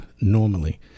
normally